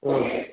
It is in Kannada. ಹ್ಞೂ